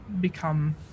become